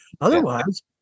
Otherwise